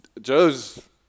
Joe's